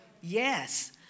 Yes